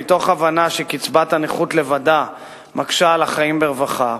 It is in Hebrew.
מתוך הבנה שקצבת הנכות לבדה מקשה על החיים ברווחה,